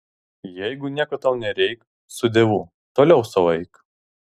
jeigu nieko tau nereik su dievu toliau sau eik